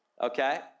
Okay